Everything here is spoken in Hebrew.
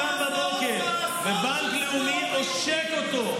ובנק לאומי עושק אותו,